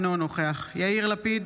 אינו נוכח יאיר לפיד,